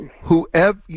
Whoever